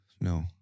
No